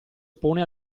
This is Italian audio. oppone